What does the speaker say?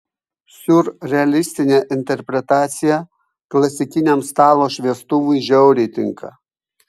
siurrealistinė interpretacija klasikiniam stalo šviestuvui žiauriai tinka